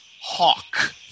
Hawk